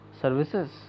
services